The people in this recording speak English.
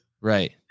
Right